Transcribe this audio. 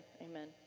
Amen